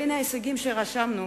בין ההישגים שרשמנו